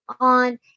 on